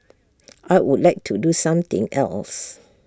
I would like to do something else